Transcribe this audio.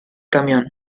camión